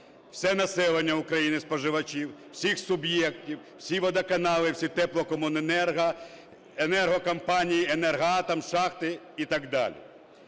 все населення України, споживачів, всіх суб'єктів, всі водоканали, всі теплокомуненерго, енергокомпанії, "Енергоатом", шахти і так далі.